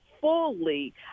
fully